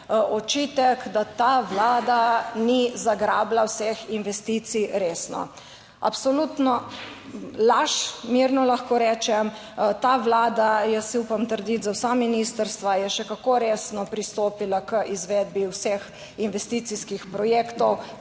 očitek, da ta Vlada ni zagrabila vseh investicij, resno. Absolutno laž, mirno lahko rečem. Ta Vlada, jaz si upam trditi za vsa ministrstva, je še kako resno pristopila k izvedbi vseh investicijskih projektov,